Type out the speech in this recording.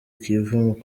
kivu